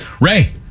ray